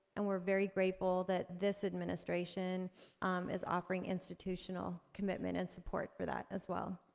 and we're very grateful that this administration is offering institutional commitment and support for that, as well.